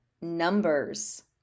numbers